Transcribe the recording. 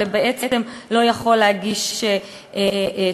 אלא בעצם לא יכול להגיש תלונה.